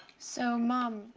so mom.